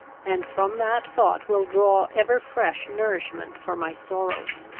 and from that thought will draw ever-fresh nourishment for my sorrows!